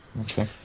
okay